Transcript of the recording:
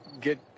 Get